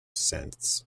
since